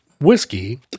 whiskey